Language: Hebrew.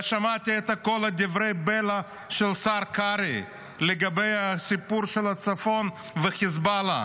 שמעתי את כל דברי הבלע של השר קרעי לגבי הסיפור של הצפון וחיזבאללה.